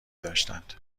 داشتند